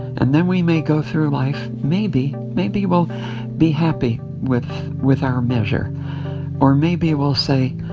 and then we may go through life maybe maybe we'll be happy with with our measure or maybe we'll say,